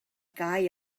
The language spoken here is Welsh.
gau